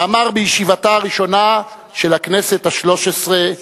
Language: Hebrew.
שאמר בישיבתה הראשונה של הכנסת השלוש-עשרה,